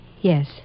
Yes